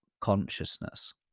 consciousness